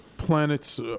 Planets